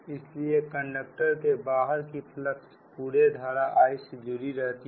इसलिए कंडक्टर के बाहर की फलक्स पूरे धारा I से जुड़ी रहती है